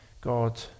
God